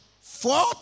Four